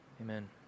Amen